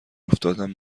افتادم